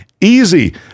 easy